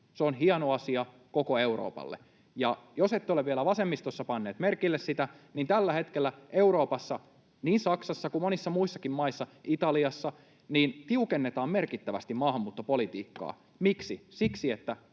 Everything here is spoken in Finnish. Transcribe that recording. se on hieno asia koko Euroopalle. Jos ette ole vielä vasemmistossa panneet merkille sitä, tällä hetkellä Euroopassa, niin Saksassa kuin monissa muissakin maissa, Italiassa, tiukennetaan merkittävästi maahanmuuttopolitiikkaa. [Puhemies